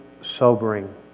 sobering